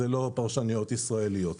זה לא פרשנויות ישראליות.